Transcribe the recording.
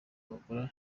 bakorana